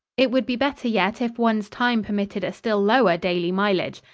it would be better yet if one's time permitted a still lower daily mileage.